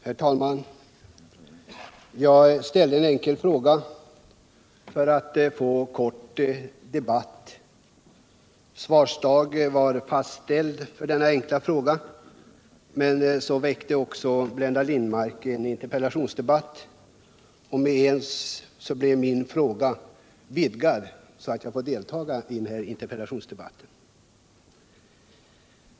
Herr talman! Jag ställde en fråga till justitieministern för att få en kort debatt. Svarsdag var fastställd för denna fråga, men så framställde Blenda Littmarck en interpellation i ämnet, och med ens blev min fråga vidgad så att jag får deltaga i interpellationsdebatten.